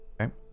okay